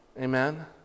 Amen